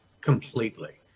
completely